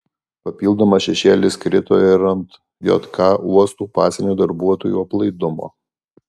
papildomas šešėlis krito ir ant jk uostų pasienio darbuotojų aplaidumo